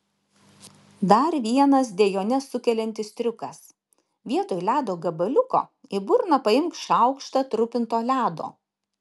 dar vienas dejones sukeliantis triukas vietoj ledo gabaliuko į burną paimk šaukštą trupinto ledo